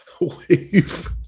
Wave